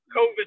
COVID